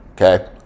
Okay